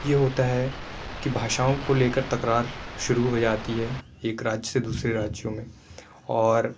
یہ ہوتا ہے کہ بھاشاؤں کو لے کر تکرار شروع ہو جاتی ہے ایک راجیہ سے دوسرے راجیوں میں اور